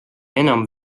enam